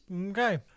Okay